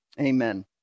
Amen